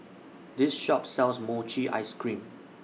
This Shop sells Mochi Ice Cream